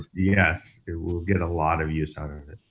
yes. we will get a lot of use out of it?